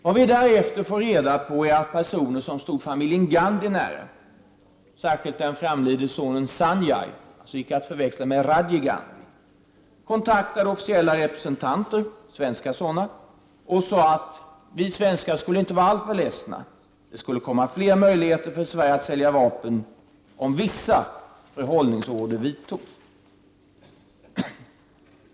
Vad vi därefter fick reda på är att personer som stod familjen Gandhi nära, särskilt den framlidne sonen Sanjay Gandhi, icke att förväxla med Rajiv Gandhi, kontaktade officiella svenska representanter som sade att vi svenskar inte skulle vara alltför ledsna. Det skulle komma fler möjligheter för Sverige att sälja vapen, om vissa förhållningsorder vidtogs.